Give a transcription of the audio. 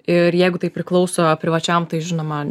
ir jeigu tai priklauso privačiam tai žinoma